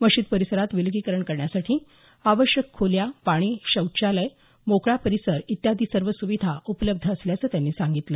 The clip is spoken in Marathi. मशीद परिसरात विलगीकरण करण्यासाठी आवश्यक खोल्या पाणी शौचालय मोकळा परिसर इत्यादी सर्व सुविधा उपलब्ध असल्याचं त्यांनी सांगितलं